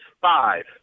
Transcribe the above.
five